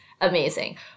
amazing